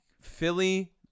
Philly